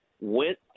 went